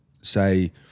say